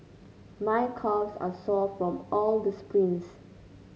my calves are sore from all the sprints